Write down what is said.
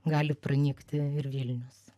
gali pranykti ir vilnius